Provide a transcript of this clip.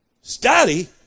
Study